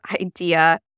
idea